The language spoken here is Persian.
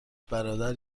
برادر